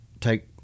take